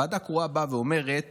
ועדה קרואה באה ואומרת